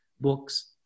books